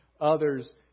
others